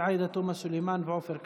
עאידה תומא סלימאן ועופר כסיף,